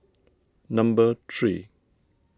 number three